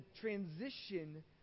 transition